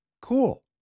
cool